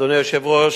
אדוני היושב-ראש,